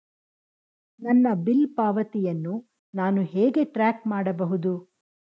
ನನ್ನ ಬಿಲ್ ಪಾವತಿಯನ್ನು ನಾನು ಹೇಗೆ ಟ್ರ್ಯಾಕ್ ಮಾಡಬಹುದು?